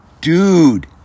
Dude